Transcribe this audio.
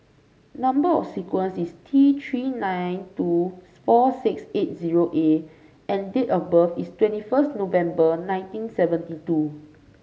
number sequence is T Three nine two four six eight zero A and date of birth is twenty first November nineteen seventy two